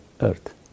earth